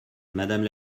madame